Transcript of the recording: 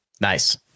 Nice